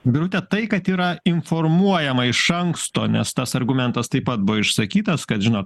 birute tai kad yra informuojama iš anksto nes tas argumentas taip pat buvo išsakytas kad žinot